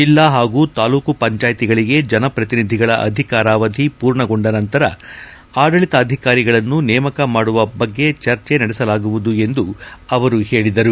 ಜಿಲ್ಲಾ ಹಾಗೂ ತಾಲ್ಲೂಕು ಪಂಚಾಯಿತಿಗಳಿಗೆ ಜನಪ್ರತಿನಿಧಿಗಳ ಅಧಿಕಾರಾವಧಿ ಪೂರ್ಣಗೊಂಡ ನಂತರ ಆಡಳಿತಾಧಿಕಾರಿಗಳನ್ನು ನೇಮಕ ಮಾಡುವ ಚರ್ಚೆ ನಡೆಸಲಾಗುವುದು ಎಂದು ಅವರು ಹೇಳಿದರು